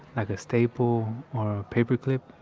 like a staple or a paper clip,